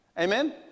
Amen